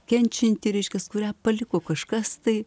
kenčianti reiškias kurią paliko kažkas tai